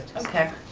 okay,